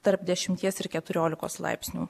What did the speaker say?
tarp dešimties ir keturiolikos laipsnių